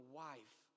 wife